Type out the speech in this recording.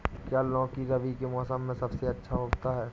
क्या लौकी रबी के मौसम में सबसे अच्छा उगता है?